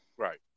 Right